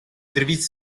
drwić